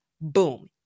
Boom